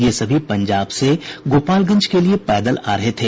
ये सभी पंजाब से गोपालगंज के लिये पैदल आ रहे थे